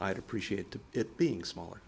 i'd appreciate it being smaller